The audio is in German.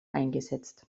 eingesetzt